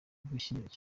gushyiraho